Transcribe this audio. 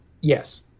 Yes